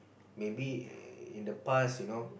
maybe in the past you know